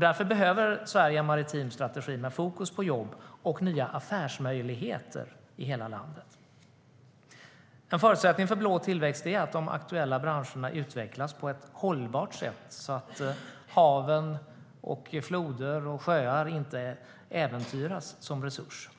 Därför behöver Sverige en maritim strategi med fokus på jobb och nya affärsmöjligheter i hela landet. En förutsättning för blå tillväxt är att de aktuella branscherna utvecklas på ett hållbart sätt så att hav, floder och sjöar inte äventyras som resurs.